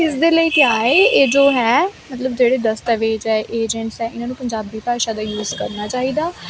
ਇਸ ਦੇ ਲਈ ਕਿਆ ਹੈ ਇਹ ਜੋ ਹੈ ਮਤਲਬ ਜਿਹੜੇ ਦਸਤਾਵੇਜ਼ ਹੈ ਏਜੰਟਸ ਹੈ ਇਹਨਾਂ ਨੂੰ ਪੰਜਾਬੀ ਭਾਸ਼ਾ ਦਾ ਯੂਜ ਕਰਨਾ ਚਾਹੀਦਾ